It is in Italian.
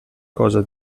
cosa